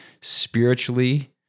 spiritually